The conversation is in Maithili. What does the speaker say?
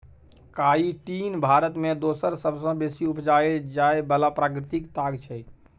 काइटिन भारत मे दोसर सबसँ बेसी उपजाएल जाइ बला प्राकृतिक ताग छै